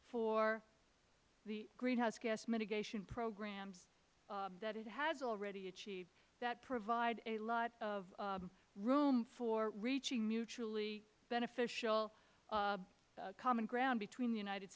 for the greenhouse gas mitigation programs that it has already achieved that provide a lot of room for reaching mutually beneficial common ground between the united